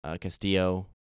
Castillo